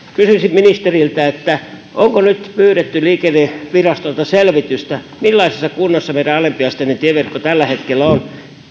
ministeriltä onko nyt pyydetty liikennevirastolta selvitystä millaisessa kunnossa meidän alempiasteinen tieverkko tällä hetkellä on